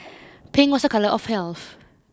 pink was a colour of health